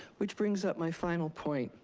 which brings up my final point.